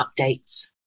updates